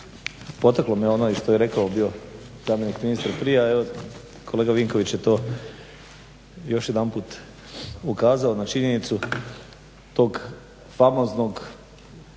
potaklo me ono i što je rekao bio zamjenik ministra prije, a evo kolega Vinković je to još jedanput ukazao na činjenicu tog famoznog